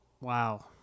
Wow